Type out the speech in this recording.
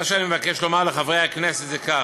מה שאני מבקש לומר לחברי הכנסת זה כך: